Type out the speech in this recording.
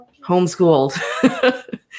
homeschooled